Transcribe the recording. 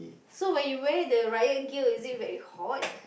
so when you wear the riot gear is it very hot